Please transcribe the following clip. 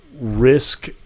risk